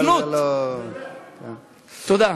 תודה.